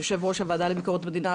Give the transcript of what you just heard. יושב-ראש הוועדה לביקורת המדינה,